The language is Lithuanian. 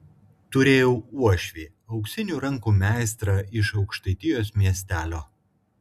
turėjau uošvį auksinių rankų meistrą iš aukštaitijos miestelio